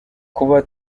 kuba